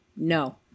No